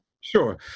Sure